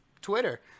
Twitter